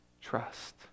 trust